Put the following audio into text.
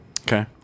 Okay